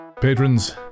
Patrons